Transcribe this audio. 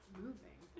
moving